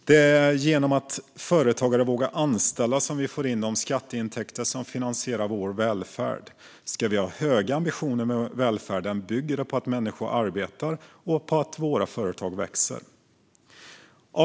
Det är genom att företagare vågar anställa som vi får in de skatteintäkter som finansierar vår välfärd. Ska vi ha höga ambitioner med välfärden bygger det på att människor arbetar och på att våra företag växer. Fru talman!